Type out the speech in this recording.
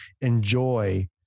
enjoy